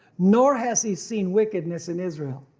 nor has he seen wickedness in israel.